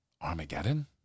Armageddon